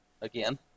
again